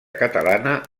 catalana